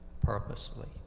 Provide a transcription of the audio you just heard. purposely